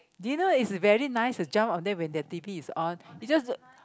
did you know it's very nice to jump on there when the t_v is on you just